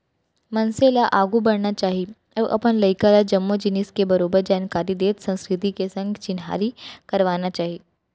मनसे ल आघू बढ़ना चाही अउ अपन लइका ल जम्मो जिनिस के बरोबर जानकारी देत संस्कृति के संग चिन्हारी करवाना चाही